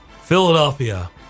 Philadelphia